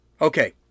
okay